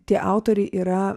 tie autoriai yra